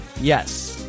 Yes